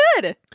good